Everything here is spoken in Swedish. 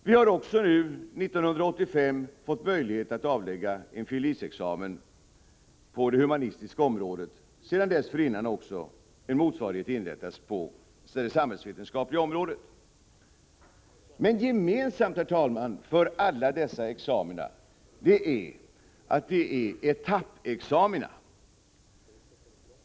Vi har nu 1985 också fått möjlighet att avlägga fil. lic.-examen på det humanistiska området. En motsvarande examen inrättades dessförinnan på det samhällsvetenskapliga området. Herr talman! Gemensamt för alla dessa examina är emellertid att de är etappexamina.